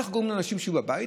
איך גורמים לאנשים שיהיו בבית?